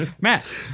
Matt